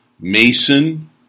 Mason